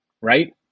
right